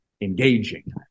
engaging